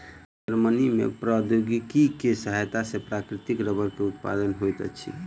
Germany में प्रौद्योगिकी के सहायता सॅ प्राकृतिक रबड़ के उत्पादन होइत अछि